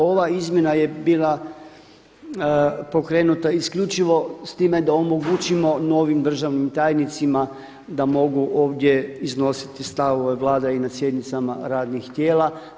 Ova izmjena je bila pokrenuta isključivo s time da omogućimo novim državnim tajnicima da mogu ovdje iznositi stavove Vlade i na sjednicama radnih tijela.